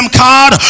card